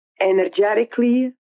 Energetically